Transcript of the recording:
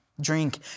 Drink